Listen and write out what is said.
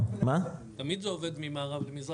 תמיד זה עובד ממערב למזרח.